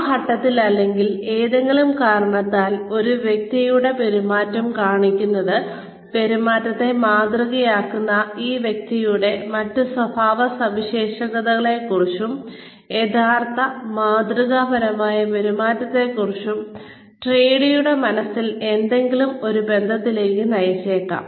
ആ ഘട്ടത്തിൽ അല്ലെങ്കിൽ ഏതെങ്കിലും കാരണത്താൽ ഒരു വ്യക്തിയുടെ പെരുമാറ്റം കാണിക്കുന്നത് പെരുമാറ്റത്തെ മാതൃകയാക്കുന്ന ഈ വ്യക്തിയുടെ മറ്റ് സ്വഭാവസവിശേഷതകളെക്കുറിച്ചും യഥാർത്ഥ മാതൃകാപരമായ പെരുമാറ്റത്തെക്കുറിച്ചും ട്രെയിനിയുടെ മനസ്സിൽ എങ്ങനെയെങ്കിലും ഒരു ബന്ധത്തിലേക്ക് നയിച്ചേക്കാം